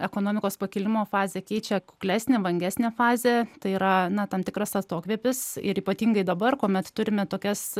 ekonomikos pakilimo fazę keičia kuklesnė vangesnė fazė tai yra tam tikras atokvėpis ir ypatingai dabar kuomet turime tokias